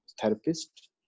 therapist